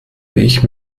ich